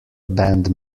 band